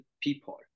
people